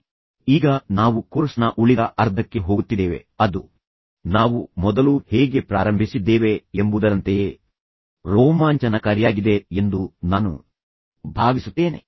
ಅದನ್ನು ಹೇಳಿದ ನಂತರ ಈಗ ನಾವು ಕೋರ್ಸ್ನ ಉಳಿದ ಅರ್ಧಕ್ಕೆ ಹೋಗುತ್ತಿದ್ದೇವೆ ಅದು ನಾವು ಮೊದಲು ಹೇಗೆ ಪ್ರಾರಂಭಿಸಿದ್ದೇವೆ ಎಂಬುದರಂತೆಯೇ ರೋಮಾಂಚನಕಾರಿಯಾಗಿದೆ ಎಂದು ನಾನು ಭಾವಿಸುತ್ತೇನೆ